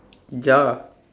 ya